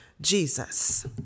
Jesus